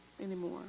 anymore